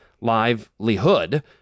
livelihood